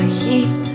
heat